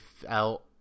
felt